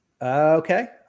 Okay